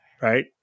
Right